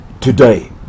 today